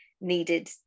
needed